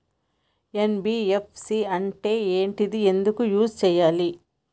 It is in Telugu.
ఎన్.బి.ఎఫ్.సి అంటే ఏంటిది ఎందుకు యూజ్ చేయాలి?